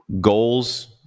goals